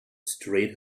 straight